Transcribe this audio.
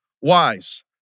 Wise